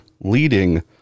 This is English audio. leading